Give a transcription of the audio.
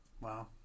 wow